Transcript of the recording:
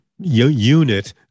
unit